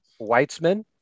Weitzman